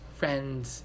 friends